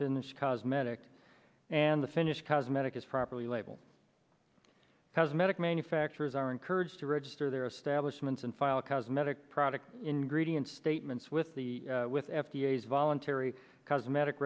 finish cosmetic and the finish cosmetic is properly labeled cosmetic manufacturers are encouraged to register their establishments and file cosmetic product ingredients statements with the with f d a as voluntary cosmetic